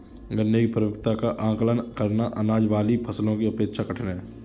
गन्ने की परिपक्वता का आंकलन करना, अनाज वाली फसलों की अपेक्षा कठिन है